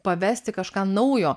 pavesti kažką naujo